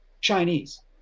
Chinese